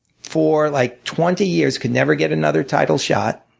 for like twenty years, could never get another title shot,